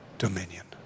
Dominion